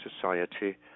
society